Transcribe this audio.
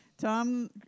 Tom